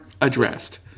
Addressed